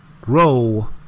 grow